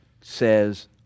says